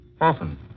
Often